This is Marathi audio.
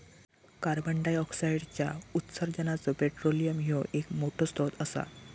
कार्बंडाईऑक्साईडच्या उत्सर्जानाचो पेट्रोलियम ह्यो एक मोठो स्त्रोत असा